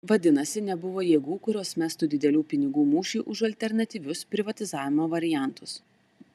vadinasi nebuvo jėgų kurios mestų didelių pinigų mūšiui už alternatyvius privatizavimo variantus